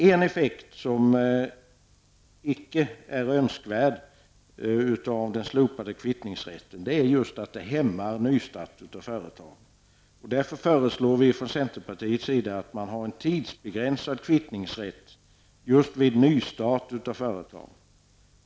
En effekt av den slopade kvittningsrätten som dock inte är önskvärd är att nystartandet av företag hämmas. Därför föreslår vi från centerpartiets sida en tidsbegränsad kvittningsrätt vid nystart av företag.